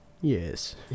Yes